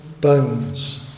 bones